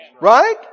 Right